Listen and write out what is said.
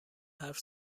حرف